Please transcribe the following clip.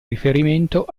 riferimento